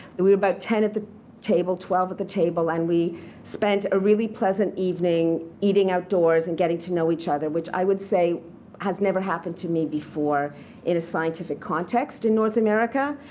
we were about ten at the table, twelve at the table. and we spent a really pleasant evening eating outdoors and getting to know each other, which i would say has never happened to me before in a scientific context in north america.